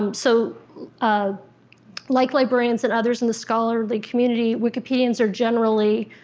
um so um like librarians and others in the scholarly community, wikipedians are generally,